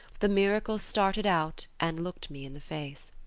the miracle started out and looked me in the face.